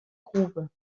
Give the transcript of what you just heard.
grube